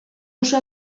oso